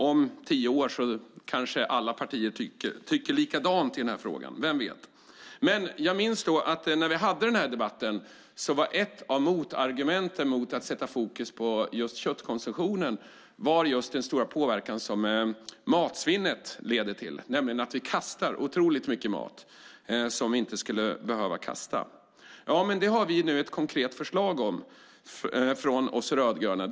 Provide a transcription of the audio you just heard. Om tio år kanske alla partier tycker likadant i den frågan, vem vet. Jag minns att när vi hade debatten var ett av motargumenten mot att sätta fokus just på köttkonsumtionen den stora påverkan som matsvinnet leder till. Vi kastar otroligt mycket mat som vi inte skulle behöva kasta. Det har vi ni ett konkret förslag om från oss rödgröna.